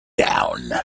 down